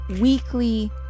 weekly